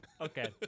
okay